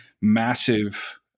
massive